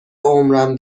عمرم